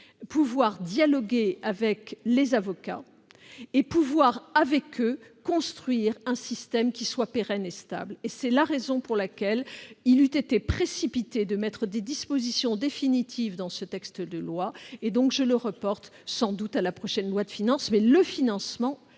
pouvoir dialoguer avec les avocats et construire avec eux un système qui soit pérenne et stable. C'est la raison pour laquelle il eût été précipité d'inscrire des dispositions définitives dans ce texte. Elles figureront sans doute dans la prochaine loi de finances, mais le financement